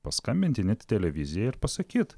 paskambint init televizijai ir pasakyt